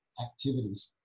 activities